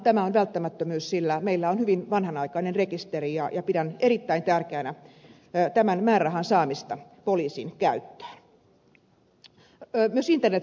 tämä on välttämättömyys sillä meillä on hyvin vanhanaikainen rekisteri ja pidän erittäin tärkeänä tämän määrärahan saamista poliisin käyttöön